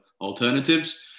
alternatives